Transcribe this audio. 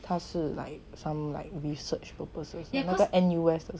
他是 like some like research purpose 那个 N_U_S 的